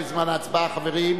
לא נתקבלה.